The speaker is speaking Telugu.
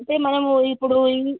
అంటే మనము ఇప్పుడు ఈ